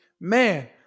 Man